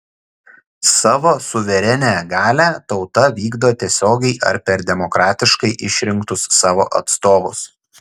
savo suverenią galią tauta vykdo tiesiogiai ar per demokratiškai išrinktus savo atstovus